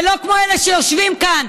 ולא כמו אלה שיושבים כאן,